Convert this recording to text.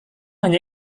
hanya